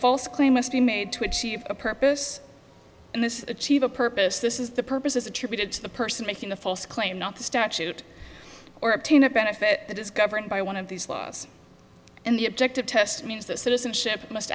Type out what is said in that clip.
false claim must be made to achieve a purpose and this achieve a purpose this is the purpose is attributed to the person making the false claim not the statute or obtain a benefit that is governed by one of these laws and the objective test means that citizenship must